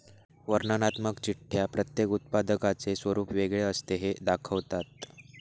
वर्णनात्मक चिठ्ठ्या प्रत्येक उत्पादकाचे स्वरूप वेगळे असते हे दाखवतात